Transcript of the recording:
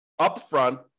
upfront